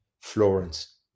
Florence